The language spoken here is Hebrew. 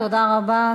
תודה רבה.